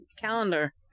calendar